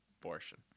abortion